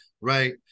right